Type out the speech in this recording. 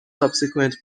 subsequent